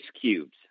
cubes